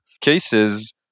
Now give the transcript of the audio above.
cases